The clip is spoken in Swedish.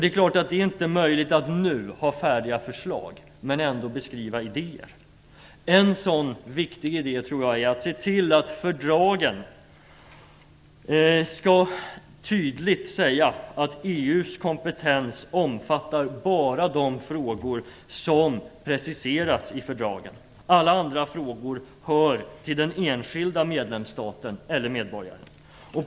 Det är naturligtvis inte möjligt att nu ha färdiga förslag, men man kan ändå beskriva idéer. En sådan viktig idé tror jag är att se till att fördragen tydligt skall ange att EU:s kompetens omfattar bara de frågor som preciserats i fördragen. Alla andra frågor hör till den enskilda medlemsstaten och medborgarna där.